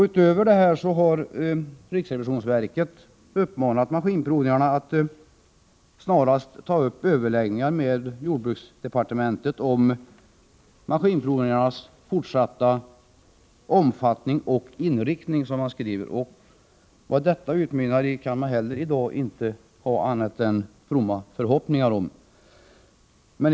Utöver detta har riksrevisionsverket uppmanat statens maskinprovningar att snarast ta upp överläggningar med jordbruksdepartementet om den fortsatta omfattningen och inriktningen av verksamheten, som man skriver. Vad detta utmynnar i kan man inte ha annat än fromma förhoppningar om.